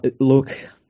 look